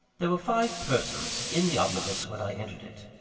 there were five persons in the omnibus when i entered it.